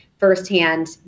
firsthand